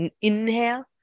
inhale